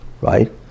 right